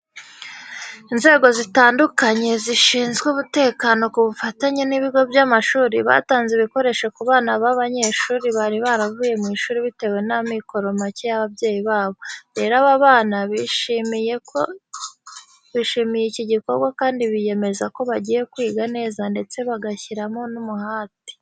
Inzego zitandukanye zishinzwe umutekano ku bufatanye n'ibigo by'amashuri batanze ibikoresho ku bana b'abanyeshuri bari baravuye mu ishuri bitewe n'amikoro make y'ababyeyi babo. Rero aba bana bishimiye iki gikorwa kandi biyemeza ko bagiye kwiga neza ndetse bagashyiramo n'umuhate.